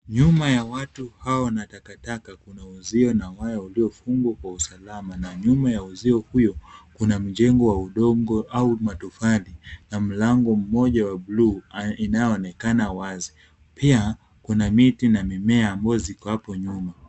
Nyuma ya watu hawa na takataka, Kuna uzio na waya uliofungwa kwa usalama na nyuma ya uzio huo, kuna mjengo wa udongo au matofali na mlango mmoja wa buluu inayoonekana wazi. Pia kuna miti na mimea ambazo ziko hapo nyuma.